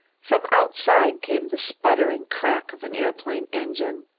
from outside came the sputter and crack of an aeroplane engine.